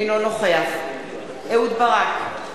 אינו נוכח אהוד ברק,